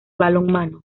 balonmano